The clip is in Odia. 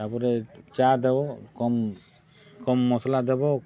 ତାପରେ ଚା' ଦେବ କମ୍ କମ୍ ମସ୍ଲା ଦେବ